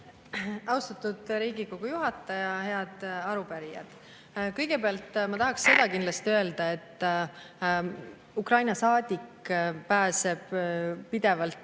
Austatud Riigikogu juhataja! Head arupärijad! Kõigepealt ma tahaksin kindlasti seda öelda, et Ukraina saadik puutub pidevalt